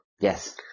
yes